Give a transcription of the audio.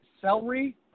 celery